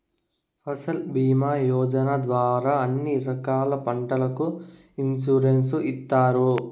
ఫసల్ భీమా యోజన ద్వారా అన్ని రకాల పంటలకు ఇన్సురెన్సు ఇత్తారు